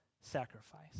sacrifice